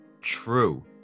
true